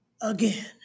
again